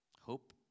Hope